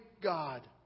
God